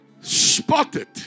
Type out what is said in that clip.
Spotted